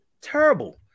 Terrible